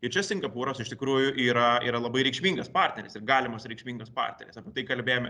ir čia singapūras iš tikrųjų yra yra labai reikšmingas partneris ir galimas reikšmingas partneris apie tai kalbėjome